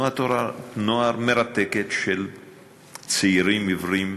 תנועת נוער מרתקת של צעירים עיוורים